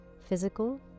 physical